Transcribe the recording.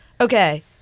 Okay